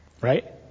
Right